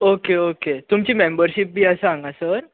okay okay तुमची membership बी आसा हांगासर